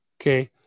Okay